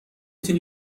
تونی